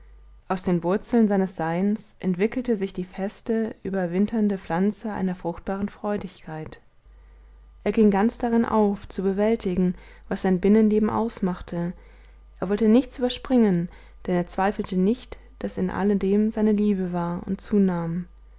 aus den wurzeln seines seins entwickelte sich die feste überwinternde pflanze einer fruchtbaren freudigkeit er ging ganz darin auf zu bewältigen was sein binnenleben ausmachte er wollte nichts überspringen denn er zweifelte nicht daß in alledem seine liebe war und zunahm